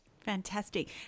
Fantastic